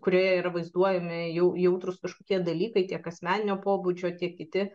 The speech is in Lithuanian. kurioje yra vaizduojami jau jautrūs kažkokie dalykai tiek asmeninio pobūdžio tiek kiti